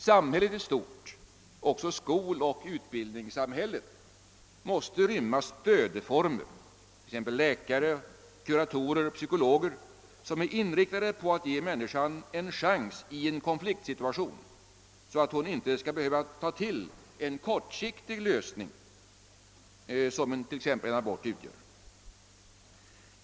Samhället i stort — även skoloch utbildningssamhället — måste inrymma stödinstanser, t. ex, läkare, kuratorer, psykologer, som är inriktade på att ge människan en chans i en konfliktsituation så att hon inte skall behöva ta till en så kortsiktig lösning som en abort utgör.